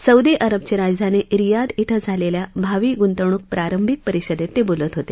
Saudi अरबची राजधानी Riyadh इथं झालेल्या भावी गुंतवणूक प्रारंभिक परिषदेत ते बोलत होते